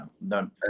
no